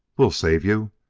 we'll save you,